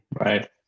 right